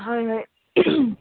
হয় হয়